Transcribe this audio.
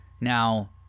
now